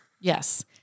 Yes